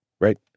Right